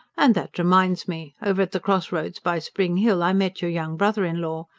and that reminds me over at the cross-roads by spring hill, i met your young brother-in-law.